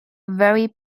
very